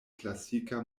klasika